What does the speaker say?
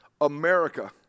America